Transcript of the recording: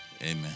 Amen